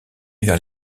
vers